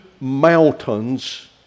mountains